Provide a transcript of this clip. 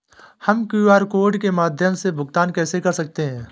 हम QR code के माध्यम से भुगतान कैसे कर सकते हैं?